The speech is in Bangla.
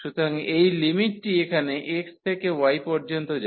সুতরাং এই লিমিটটি এখানে x থেকে y পর্যন্ত যায়